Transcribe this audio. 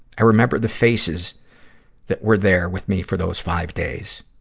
i remember the faces that were there with me for those five days.